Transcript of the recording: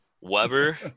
Weber